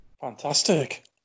Fantastic